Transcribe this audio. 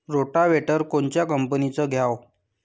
Rotavator कोनच्या कंपनीचं घ्यावं?